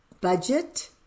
budget